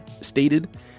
stated